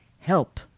Help